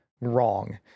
wrong